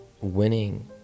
winning